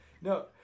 No